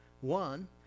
One